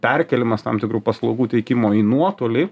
perkėlimas tam tikrų paslaugų teikimo į nuotolį